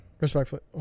Respectfully